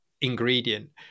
ingredient